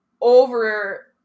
over